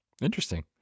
Interesting